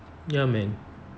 ya man